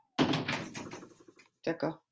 D'accord